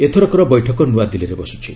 ଏଥରକର ବୈଠକ ନୂଆଦିଲ୍ଲୀରେ ବସୁଛି